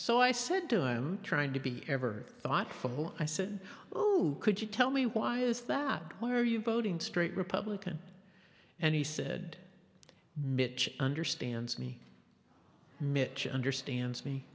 so i said i'm trying to be ever thought for i said oh could you tell me why is that why are you voting straight republican and he said mitch understands me micha understands me